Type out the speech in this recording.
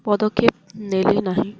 ପଦକ୍ଷେପ ନେଲେ ନାହିଁ